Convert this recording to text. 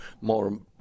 more